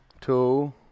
two